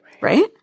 Right